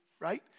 right